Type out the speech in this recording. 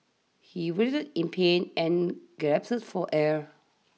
he writhed in pain and gasped for air